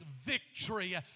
victory